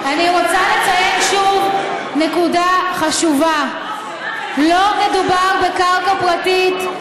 אני רוצה לציין שוב נקודה חשובה: לא מדובר בקרקע פרטית,